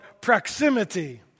proximity